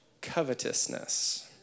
covetousness